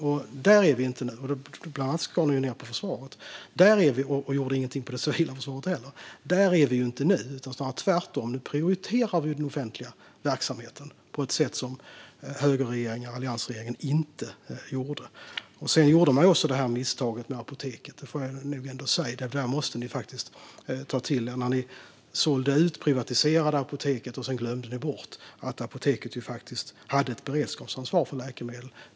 Bland annat skar ni ned på försvaret, och ni gjorde ingenting för det civila försvaret. Där är vi inte nu, snarare tvärtom. Nu prioriterar vi den offentliga verksamheten på ett sätt som högerregeringen och alliansregeringen inte gjorde. Ni gjorde också det här misstaget med Apoteket. Det måste ni faktiskt ta till er. Ni sålde ut och privatiserade Apoteket och glömde bort att Apoteket hade ett beredskapsansvar för läkemedel.